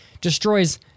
destroys